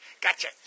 Gotcha